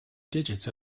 digits